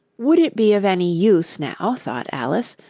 would it be of any use, now thought alice,